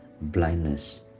blindness